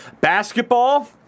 basketball